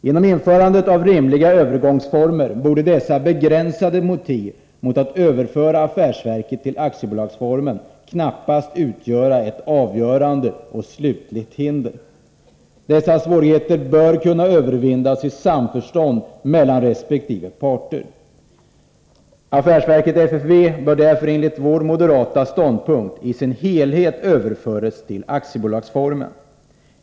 Genom införande av rimliga övergångsformer borde dessa begränsade motiv mot att ombilda affärsverket till aktiebolag knappast utgöra ett avgörande och slutligt hinder mot detta. Dessa svårigheter bör kunna övervinnas i samförstånd mellan parterna. Affärsverket FFV bör därför enligt vår ståndpunkt i sin helhet ombildas till aktiebolag.